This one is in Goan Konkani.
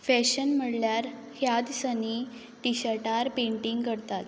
फॅशन म्हणल्यार ह्या दिसांनी टिशटार पेंटींग करतात